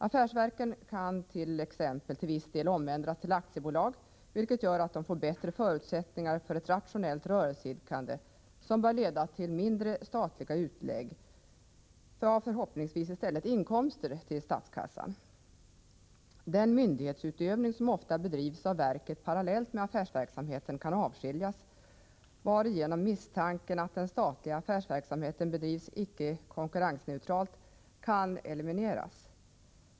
Affärsverken kan t.ex. till viss del omändras till aktiebolag, vilket gör att de får bättre förutsättningar för ett rationellt rörelseidkande som kan leda till mindre statliga utlägg, ja förhoppningsvis i stället inkomster till statskassan. Den myndighetsutövning som ofta bedrivs av verket parallellt med affärsverksamheten kan avskiljas, varigenom misstanken att den statliga affärsverksamheten bedrivs icke konkurrensneutralt kan elimineras.